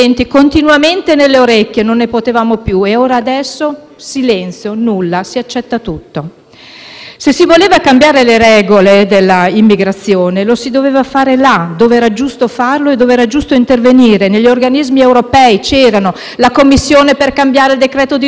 Se si volevano cambiare le regole dell'immigrazione, lo si doveva fare là dove era giusto farlo e dove era giusto intervenire. Negli organismi europei c'era la Commissione per cambiare il Regolamento di Dublino; peccato che non c'era mai l'attuale Ministro dell'interno, che era sempre in giro a fare politica. *(Applausi dal